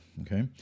okay